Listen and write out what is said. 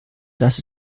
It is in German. das